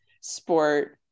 sport